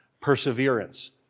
perseverance